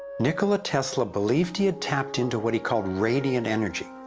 nikola tesla believed he had tapped into what he called radiant energy.